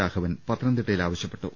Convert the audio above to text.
രാഘവൻ പത്തനംതിട്ടയിൽ ആവ ശ്യപ്പെട്ടു